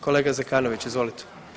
Kolega Zekanović izvolite.